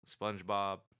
Spongebob